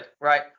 Right